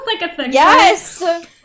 Yes